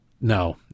No